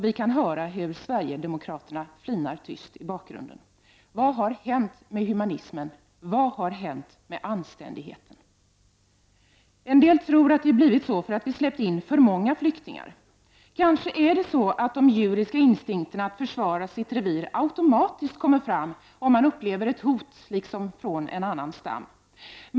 Vi kan nästan höra Sverigedemokraterna flina tyst i bakgrunden. Vad har hänt med humaniteten? Vad har hänt med anständigheten? En del tror att det har blivit så att vi släppt in för många flyktingar. Kanske är det så att de djuriska instinkterna att försvara sitt revir automatiskt kommer fram när man upplever ett hot från en annan stam.